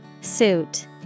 Suit